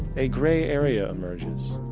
a grey area emerges.